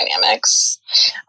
dynamics